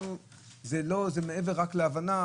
זה מעבר להבנה